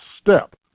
step